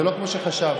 זה לא כמו שחשבנו.